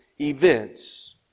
events